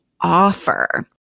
offer